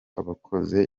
abakoze